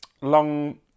long